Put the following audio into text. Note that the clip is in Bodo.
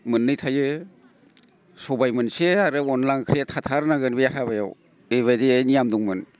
मोननै थायो सबाइ मोनसे आरो अनद्ला ओंख्रिया थाथारनांगोन बे हाबायाव बेबायदियै नियाम दंमोन